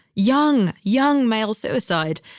young, young male suicide.